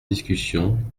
discussion